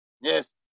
Yes